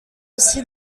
aussi